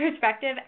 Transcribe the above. perspective